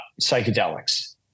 psychedelics